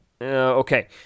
okay